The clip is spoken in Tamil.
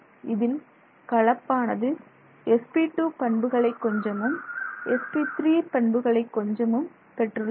இதில் கலப்பானது sp2 பண்புகளை கொஞ்சமும் sp3 பண்புகளை கொஞ்சமும் பெற்றுள்ளன